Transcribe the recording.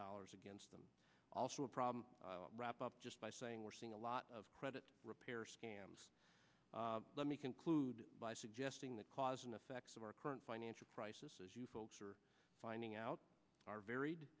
dollars against them also a problem wrapped up just by saying we're seeing a lot of credit repair scams let me conclude by suggesting the cause and effects of our current financial crisis as you folks are finding out are varied